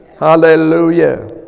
Hallelujah